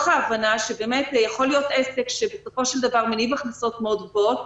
הבנה שיכול להיות עסק שבסופו של דבר מניב הכנסות מאוד גבוהות,